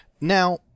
Now